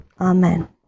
Amen